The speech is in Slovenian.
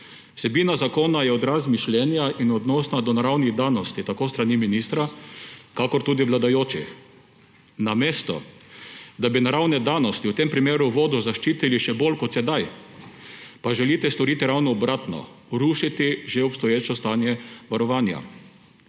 Vsebina zakona je odraz mišljenja in odnos do naravnih danosti tako s strani ministra kakor tudi vladajočih. Namesto da bi naravne danosti, v tem primeru vodo, zaščitili še bolj kot do sedaj, pa želite storiti ravno obratno, porušiti že obstoječe stanje varovanja.